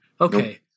okay